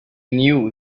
knew